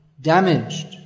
damaged